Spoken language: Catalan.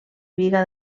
biga